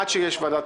עד שיש ועדת פנים,